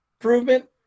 improvement